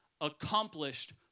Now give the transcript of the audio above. accomplished